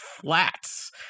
Flats